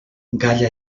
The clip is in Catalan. gall